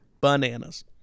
bananas